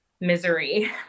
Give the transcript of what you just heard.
misery